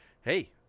hey